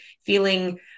feeling